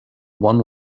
one